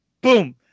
Boom